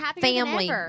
family